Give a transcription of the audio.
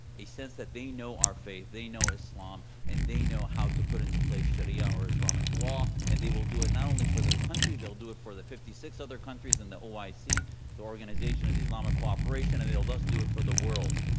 a sense that they know our faith. they know islam, and they know how to put into place sharia or islamic law, and they will do it not only for their country, they'll do it for the fifty six other countries in the oic, the organization of the islamic cooperation, and they'll thus do it for the world.